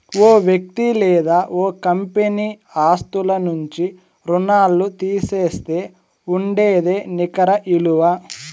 ఓ వ్యక్తి లేదా ఓ కంపెనీ ఆస్తుల నుంచి రుణాల్లు తీసేస్తే ఉండేదే నికర ఇలువ